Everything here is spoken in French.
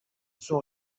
sont